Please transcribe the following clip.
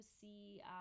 see